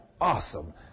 awesome